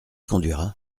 conduira